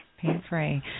Pain-free